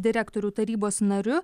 direktorių tarybos nariu